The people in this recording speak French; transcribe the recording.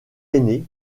ainé